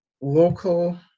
local